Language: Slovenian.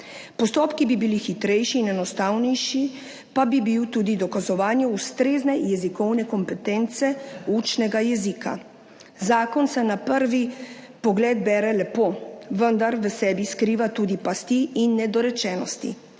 Postopki bi bili hitrejši in enostavnejši, pa bi bil tudi dokazovanje ustrezne jezikovne kompetence učnega jezika. Zakon se na prvi pogled bere lepo, vendar v sebi skriva tudi pasti in nedorečenosti.